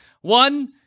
One